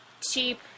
cheap